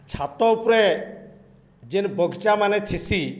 ଛାତ ଉପରେ ଯେନ୍ ବଗିଚାମାନେେ ଥିିସି